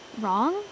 Wrong